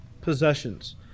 possessions